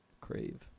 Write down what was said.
crave